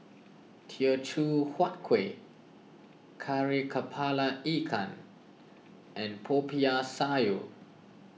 Teochew Huat Kuih Kari Kepala Ikan and Popiah Sayur